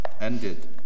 ended